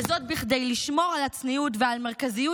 וזאת כדי לשמור על הצניעות ועל מרכזיות